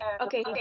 okay